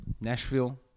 Nashville